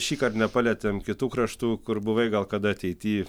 šįkart nepalietėm kitų kraštų kur buvai gal kada ateity